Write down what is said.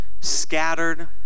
scattered